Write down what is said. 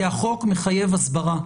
כי החוק מחייב הסברה,